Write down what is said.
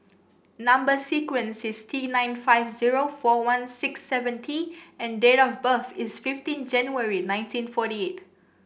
number sequence is T nine five zero four one six seven T and date of birth is fifteen January nineteen forty eight